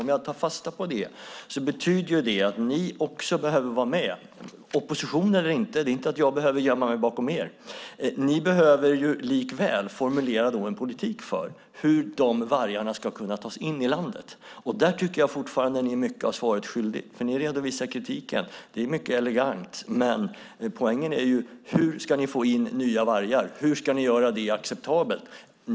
Om jag tar fasta på detta betyder det att ni också behöver vara med. Opposition eller inte - det är inte att jag behöver gömma mig bakom er. Ni behöver likväl formulera en politik för hur dessa vargar ska kunna tas in i landet, och där tycker jag fortfarande att ni är mycket av svaret skyldiga. Ni redovisar nämligen kritiken - och det är mycket elegant - men poängen är ju hur ni ska få in nya vargar. Hur ska ni göra det acceptabelt?